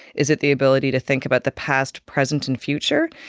is it the ability to think about the past, present and future?